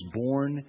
born